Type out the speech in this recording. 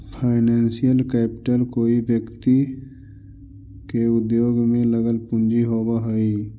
financial capital कोई व्यक्ति के उद्योग में लगल पूंजी होवऽ हई